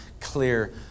clear